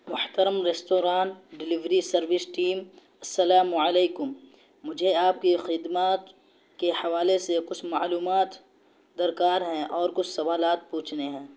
محترم restaurant delivery service team السلام علیکم مجھے آپ کی خدمات کے حوالے سے کچھ معلومات درکار ہیں اور کچھ سوالات پوچھنے ہیں